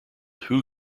who